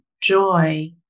joy